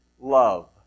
love